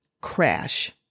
crash